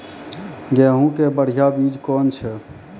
गेहूँ के बढ़िया बीज कौन छ?